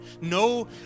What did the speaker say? no